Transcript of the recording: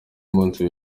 munsi